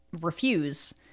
refuse